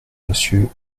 monsieur